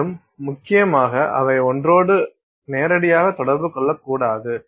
மேலும் முக்கியமாக அவை ஒன்றோடொன்று நேரடியாக தொடர்பு கொள்ளக்கூடாது